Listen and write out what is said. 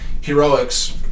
heroics